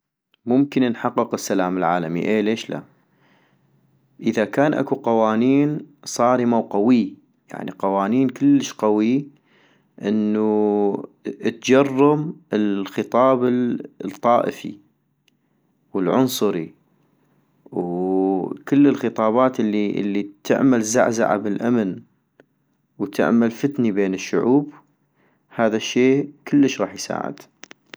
ممكن نحقق السلام العالمي اي ليش لأ - اذا كان اكو قوانين صارمة وقوي ، يعني قوانين كلش قوي انو تجرم الخطاب الطائفي والعنصري وو كل الخطابات الي الي تعمل زعزعة بالامن وتعمل فتني بين الشعوب، هذا الشي كلش غاح يساعد